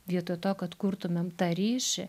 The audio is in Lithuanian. vietoj to kad kurtumėm tą ryšį